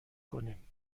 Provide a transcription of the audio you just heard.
کنیم